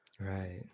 Right